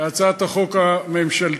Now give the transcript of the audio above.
להצעת החוק הממשלתית,